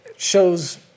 Shows